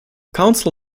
council